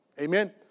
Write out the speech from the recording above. Amen